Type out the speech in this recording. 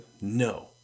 No